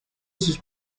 sus